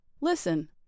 Listen